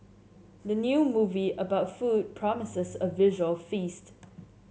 the new movie about food promises a visual feast